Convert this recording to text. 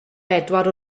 bedwar